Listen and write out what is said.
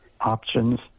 options